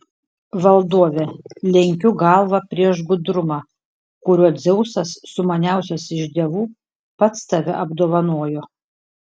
valdove lenkiu galvą prieš gudrumą kuriuo dzeusas sumaniausias iš dievų pats tave apdovanojo